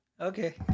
Okay